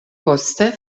poste